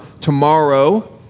tomorrow